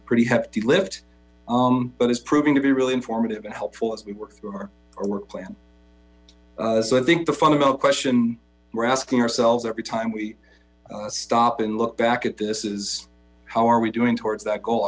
a pretty hefty lift but is proving to be really informative and helpful as we work through our work plan so i think the fundamental question we're asking ourselves every time we stop and look back at this is how are we doing towards that goal